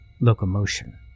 Locomotion